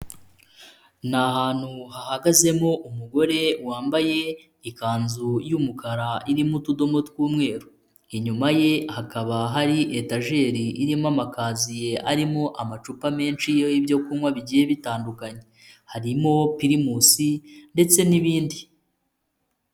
Ni ahantu hahagazemo umugore wambaye ikanzu y'umukara irimo utudomo tw'umweru, inyuma ye hakaba hari etajeri irimo amakaziye arimo amacupa menshi y'ibyo kunywa bigiye bitandukanye, harimo Pirimus ndetse n'ibindi.